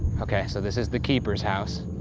okay, so this is the keeper's house.